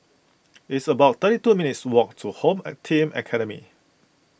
it's about thirty two minutes' walk to Home a Team Academy